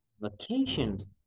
vacations